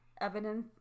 evidence